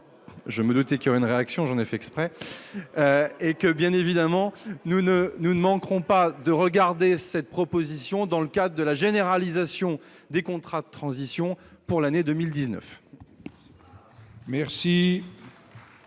Je me doutais qu'il y aurait une réaction. Bien évidemment, nous ne manquerons pas d'étudier cette proposition dans le cadre de la généralisation des contrats de transition pour l'année 2019. La